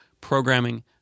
Programming